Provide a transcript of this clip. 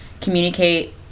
communicate